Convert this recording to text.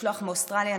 משלוח מאוסטרליה,